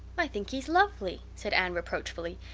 i think he's lovely, said anne reproachfully.